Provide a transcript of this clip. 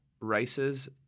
races